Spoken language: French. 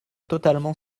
totalement